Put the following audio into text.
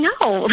no